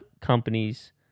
companies